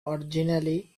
originally